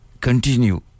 continue